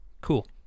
cool